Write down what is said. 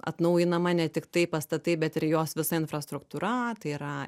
atnaujinama ne tiktai pastatai bet ir jos visa infrastruktūra tai yra